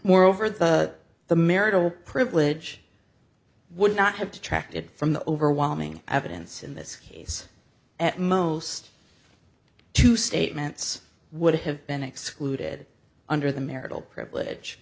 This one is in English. moreover the the marital privilege would not have to tract it from the overwhelming evidence in this case at most two statements would have been excluded under the marital privilege